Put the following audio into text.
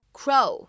crow